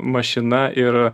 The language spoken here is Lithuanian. mašina ir